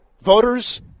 Voters